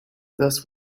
dusk